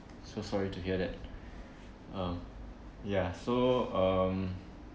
so sorry to hear that um ya so um